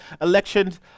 elections